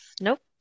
Nope